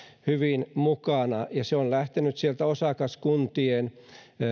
hyvin mukana ja se on lähtenyt sieltä osakaskuntien